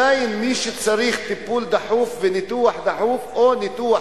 מי שצריך טיפול דחוף וניתוח דחוף או ניתוח